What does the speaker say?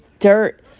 dirt